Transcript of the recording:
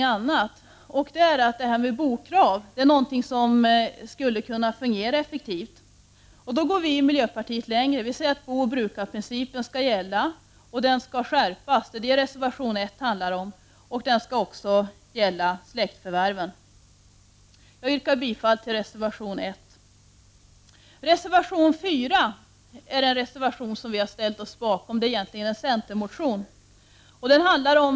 I utredningen sägs vidare att detta med bokrav är något som skulle fungera effektivt. Vi i miljöpartiet går längre och säger att booch brukarprincipen skall gälla och skärpas. Det handlar reservation 1 om. Denna princip skall även gälla släktförvärven. Jag yrkar därför bifall till reservation 1. Reservation 4, som egentligen är en centermotion, ställer vi oss också bakom.